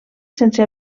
sense